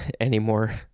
anymore